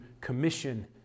commission